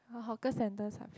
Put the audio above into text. hawker centres are